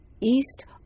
East